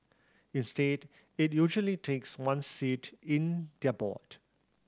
instead it usually takes one seat in their board